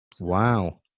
Wow